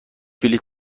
بلیط